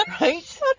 Right